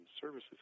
services